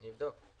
אבדוק.